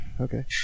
Okay